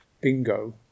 bingo